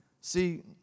See